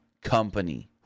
company